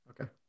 Okay